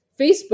Facebook